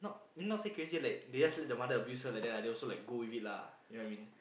not say crazy like they just let the mother abuse her like that lah they also like go with it lah you know what I mean